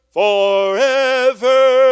forever